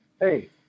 hey